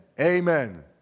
Amen